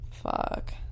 fuck